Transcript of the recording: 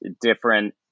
different